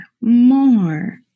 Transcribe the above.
more